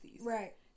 Right